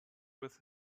with